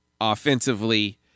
offensively